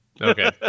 Okay